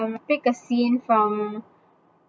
um pick a scene from